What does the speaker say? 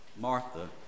Martha